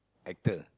actor